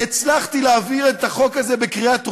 הצלחתי להעביר את החוק הזה בקריאה טרומית,